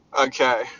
Okay